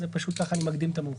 פשוט אני מקדים את המאוחר.